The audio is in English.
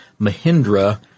Mahindra